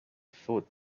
thought